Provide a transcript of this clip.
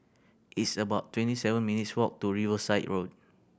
it's about twenty seven minutes' walk to Riverside Road